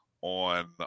on